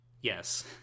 Yes